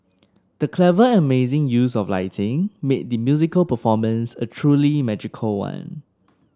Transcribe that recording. the clever and amazing use of lighting made the musical performance a truly magical one